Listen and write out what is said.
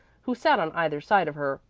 who sat on either side of her,